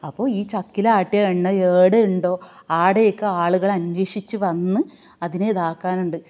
അപ്പോൾ ഈ ചക്കിലാട്ടിയ എണ്ണ ഏടെ ഉണ്ടോ ആടെയ്ക്കാളുകളന്വേഷിച്ച് വന്ന് അതിനെ ഇതാക്കാനുണ്ട്